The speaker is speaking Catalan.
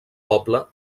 poble